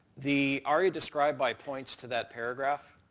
the aria-describedby points to that paragraph,